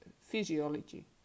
physiology